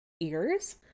ears